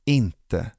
inte